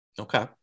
Okay